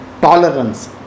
Tolerance